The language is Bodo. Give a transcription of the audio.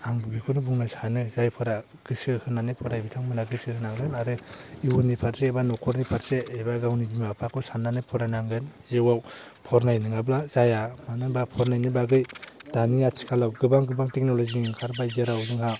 आंबो बेखौनो बुंनो सानो जायफोरा गोसो होनानै फरायो बिथांमोनहा गोसोहोनांगोन आरो इयुननि फारसे एबा न'खरनि फारसे एबा गावनि बिमा बिफाखौ सान्नानै फरायनांगोन जिउआव फरायनाय नङाब्ला जाया मानो होनबा फरायनायनि बागै दानि आथिखालाव गोबां गोबां टेकन'लजि ओंखारबाय जेराव जोंहा